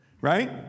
right